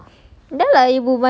macam hello